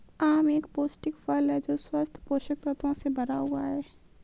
आम एक पौष्टिक फल है जो स्वस्थ पोषक तत्वों से भरा हुआ है